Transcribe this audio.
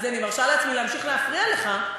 אז אני מרשה לעצמי להמשיך להפריע לך.